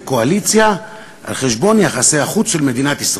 קואליציה על חשבון יחסי החוץ של מדינת ישראל.